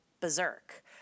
berserk